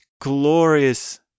glorious